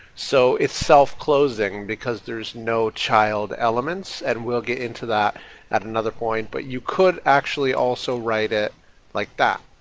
so it's self closing because there's no child elements, and we'll get into that at another point, but you could actually also write it like that.